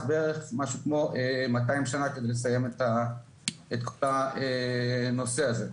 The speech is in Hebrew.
בערך משהו כמו 200 שנה כדי לסיים את הכל הנושא הזה.